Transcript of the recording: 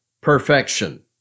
perfection